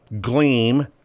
gleam